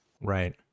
Right